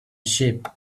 sheep